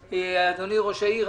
אדוני ראש העיר,